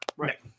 Right